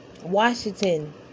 Washington